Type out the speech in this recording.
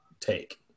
take